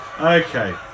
Okay